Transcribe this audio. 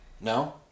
No